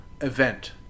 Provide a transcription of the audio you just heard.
event